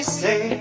say